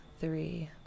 three